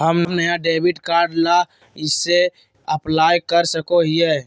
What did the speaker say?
हम नया debit card ला कइसे अप्लाई कर सको हियै?